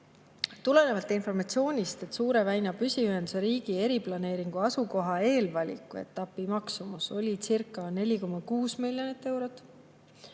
Tulenevalt informatsioonist, et Suure väina püsiühenduse riigi eriplaneeringu asukoha eelvaliku etapi maksumus olicirca4,6 miljonit eurot